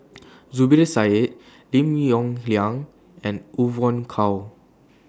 Zubir Said Lim Yong Liang and Evon Kow